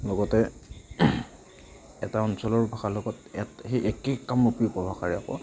লগতে এটা অঞ্চলৰ উপভাষাৰ লগত সেই এটা একে কামৰূপী উপভাষাৰে আকৌ